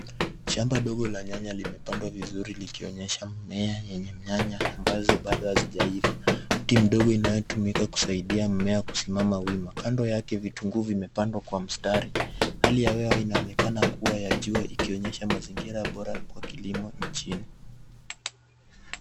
Shamba ndogo la nyanya limepandwa vizuri likionyesha mimea yenye nyanya ambazo bado hazijaiva. Miti midogo inayotumika kusaidia mmea kusimama wima. Kando yake vitunguu vimepandwa kwa mstari. Hali ya hewa inaonekana kuwa ya jua ikionyesha mazingira bora kwa kilimo nchini.